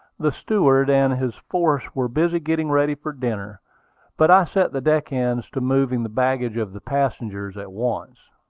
the steward and his force were busy getting ready for dinner but i set the deck-hands to moving the baggage of the passengers at once.